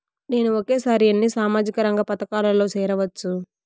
నేను ఒకేసారి ఎన్ని సామాజిక రంగ పథకాలలో సేరవచ్చు?